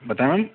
बताएँ